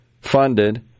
funded